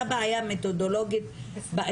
הגיעה עונת הבחירות - בחירות אחרי בחירות אחרי